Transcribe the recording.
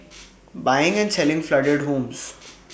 buying and selling flooded homes